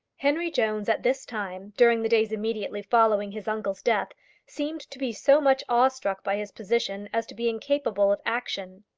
henry jones at this time during the days immediately following his uncle's death seemed to be so much awe-struck by his position, as to be incapable of action.